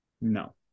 No